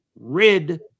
rid